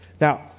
Now